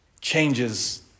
Changes